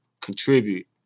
contribute